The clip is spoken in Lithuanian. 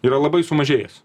yra labai sumažėjęs